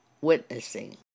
witnessing